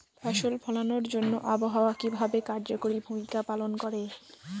ফসল ফলানোর জন্য আবহাওয়া কিভাবে কার্যকরী ভূমিকা পালন করে?